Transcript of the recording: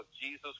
jesus